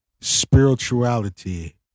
spirituality